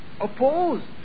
opposed